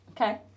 Okay